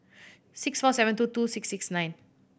six four seven two two six six nine